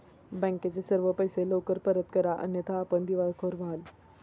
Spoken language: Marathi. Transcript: बँकेचे सर्व पैसे लवकर परत करा अन्यथा आपण दिवाळखोर व्हाल